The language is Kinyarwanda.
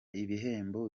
ibihembo